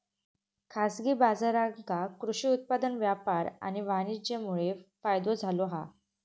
खाजगी बाजारांका कृषि उत्पादन व्यापार आणि वाणीज्यमुळे फायदो झालो हा